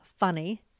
funny